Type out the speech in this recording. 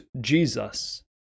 Jesus